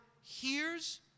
hears